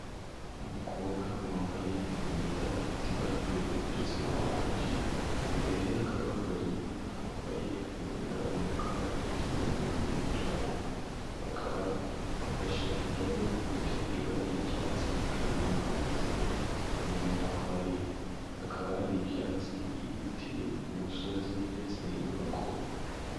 Umukobwa wambaye imyenda ifite iba ry'ubururu na oranje, imbere akaba ahagaze umwana wambaye umwenda w'umukara ndetse umuntu n'imirongo y'umutuku, bakaba bafashe indobo ifite ibara ry'icyatsi ikaba irimo amazi inyuma yaho bari hakaba ari ibyatsi, ibiti, umusozi ndetse n'inyubako.